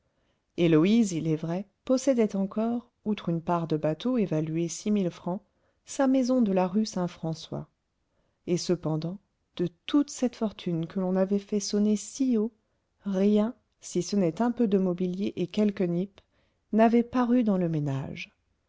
héloïse il est vrai possédait encore outre une part de bateau évaluée six mille francs sa maison de la rue saintfrançois et cependant de toute cette fortune que l'on avait fait sonner si haut rien si ce n'est un peu de mobilier et quelques nippes n'avait paru dans le ménage